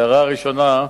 ההערה הראשונה,